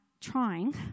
trying